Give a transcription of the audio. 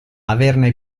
averne